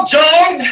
John